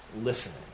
listening